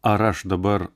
ar aš dabar